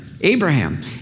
Abraham